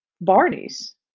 Barney's